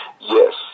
Yes